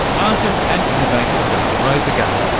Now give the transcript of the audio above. artist and innovator daan roosegaarde.